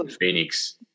Phoenix